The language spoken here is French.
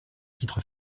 titre